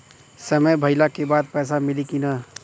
समय भइला के बाद पैसा मिली कि ना?